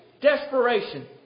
Desperation